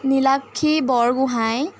Nilakshi Borgohain